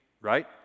right